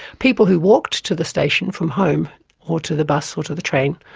people who walked to the station from home or to the bus or to the train,